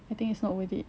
I think it's not worth it